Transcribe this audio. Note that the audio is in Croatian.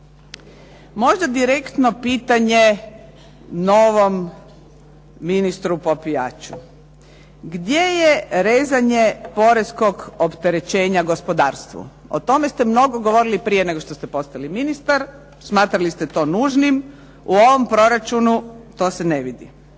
Možda direktno pitanje novom ministru Popijaču. Gdje je rezanje poreskog opterećenja gospodarstvu? O tome ste mnogo govorili prije nego što ste postali ministar. Smatrali ste to nužnim. U ovom proračunu to se ne vidi.